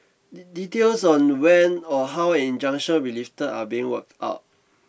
details on when or how injunction will lifted are being worked out